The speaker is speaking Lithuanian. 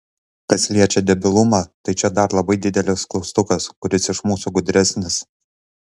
kas liečia debilumą tai čia dar labai didelis klaustukas kuris iš mūsų gudresnis